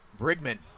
Brigman